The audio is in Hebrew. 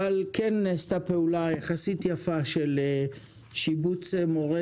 אבל כן נעשתה פעולה יחסית יפה של שיבוץ מורי